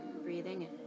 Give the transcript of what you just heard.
breathing